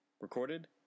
recorded